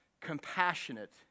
compassionate